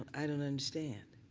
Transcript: i don't understand.